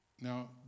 Now